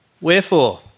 Wherefore